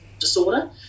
disorder